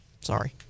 Sorry